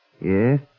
Yes